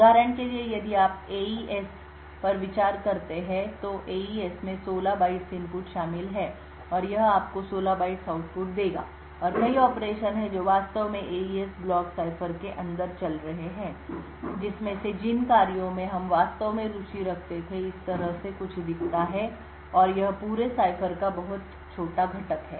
उदाहरण के लिए यदि आप एईएस पर विचार करते हैं तो एईएस में 16 बाइट्स इनपुट शामिल हैं और यह आपको 16 बाइट्स आउटपुट देगा और कई ऑपरेशन हैं जो वास्तव में एईएस ब्लॉक सिफर के अंदर चल रहे हैं जिसमें से जिन कार्यों में हम वास्तव में रुचि रखते थे इस तरह से कुछ दिखता है और यह पूरे सिफर का एक बहुत छोटा घटक है